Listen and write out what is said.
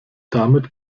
damit